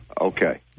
Okay